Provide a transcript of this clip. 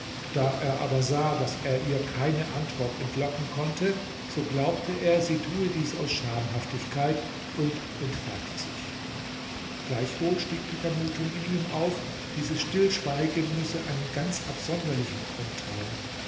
da er aber sah daß er ihr keine antwort entlocken konnte so glaubte er sie tue dies aus schamhaftigkeit und entfernte sich gleichwohl stieg die vermutung in ihm auf dieses stillschweigen müsse einen ganz absonderlichen grund haben